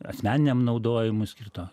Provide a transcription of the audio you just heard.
asmeniniam naudojimui skirto